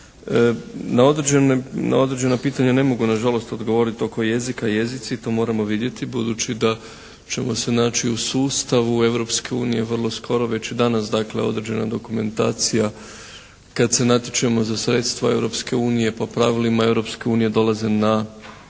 Na određena pitanja ne mogu na žalost odgovoriti oko jezika, jezici, to moramo vidjeti budući da ćemo se naći u sustavu Europske unije vrlo skoro, već je danas dakle određena dokumentacija kad se natječemo za sredstva Europske unije po pravilima Europske unije